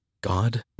God